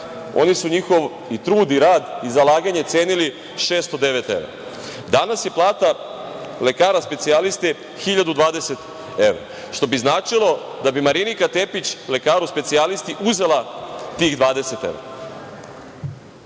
oni su njihov trud i rad i zalaganje cenili 609 evra. Danas je plata lekara specijaliste 1.020 evra, što bi značilo da bi Marinika Tepić lekaru specijalisti uzela tih 20 evra.